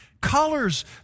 colors